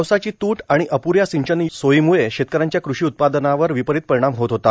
पावसाची तूट आणि अपु या सिंचन सोयीमुळे शेतक यांच्या कृषी उत्पादनावर विपरीत परिणाम होत होता